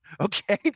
Okay